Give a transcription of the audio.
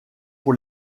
pour